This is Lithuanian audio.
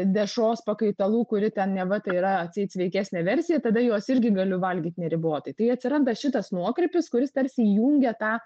dešros pakaitalų kuri ten neva tai yra atseit sveikesnė versija tada jos irgi galiu valgyti neribotai tai atsiranda šitas nuokrypis kuris tarsi įjungia tą